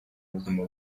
buzima